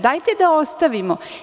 Dajte da ostavimo.